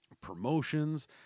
promotions